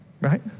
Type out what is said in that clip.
Right